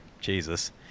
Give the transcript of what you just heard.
jesus